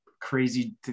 crazy